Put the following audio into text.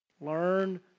Learn